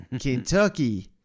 Kentucky